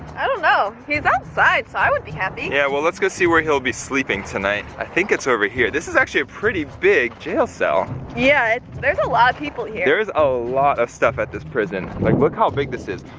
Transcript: i don't know. he's outside so i would be happy. yeah well let's go see where he'll be sleeping tonight. i think it's over here. this is actually a pretty big jail cell. yeah, there's a lot of people here. there's a lot of stuff at this prison. like look how big this is.